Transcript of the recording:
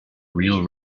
real